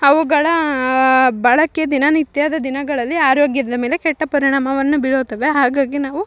ಅವುಗಳ ಬಳಕೆ ದಿನನಿತ್ಯದ ದಿನಗಳಲ್ಲಿ ಆರೋಗ್ಯದ ಮೇಲೆ ಕೆಟ್ಟ ಪರಿಣಾಮವನ್ನು ಬೀರುತ್ತವೆ ಹಾಗಾಗಿ ನಾವು